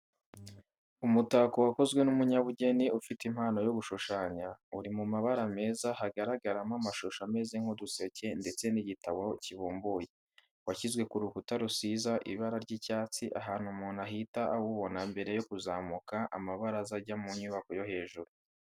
Umutako wakozwe n'umunyabugeni ufite impano yo gushushanya, uri mu mabara meza hagaragaramo amashusho ameze nk'uduseke ndetse n'igitabo kibumbuye, washyizwe ku rukuta rusize ibara ry'icyatsi ahantu umuntu ahita awubona mbere yo kuzamuka amabaraza ajya mu nyubako yo hejuru.